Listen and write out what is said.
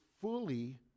fully